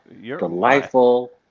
delightful